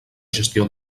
gestió